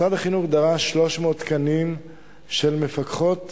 משרד החינוך דרש 300 תקנים של מפקחות.